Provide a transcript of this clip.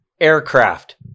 aircraft